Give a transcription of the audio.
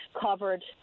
covered